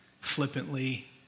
flippantly